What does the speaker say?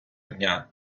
дня